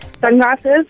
Sunglasses